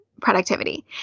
productivity